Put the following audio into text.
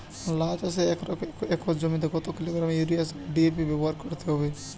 লাউ চাষে এক একর জমিতে কত কিলোগ্রাম ইউরিয়া ও ডি.এ.পি ব্যবহার করতে হবে?